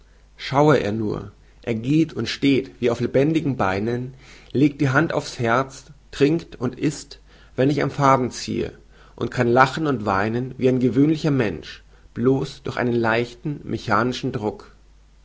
schaue er nur er geht und steht wie auf lebendigen beinen legt die hand aufs herz trinkt und ißt wenn ich am faden ziehe und kann lachen und weinen wie ein gewöhnlicher mensch bloß durch einen leichten mechanischen druck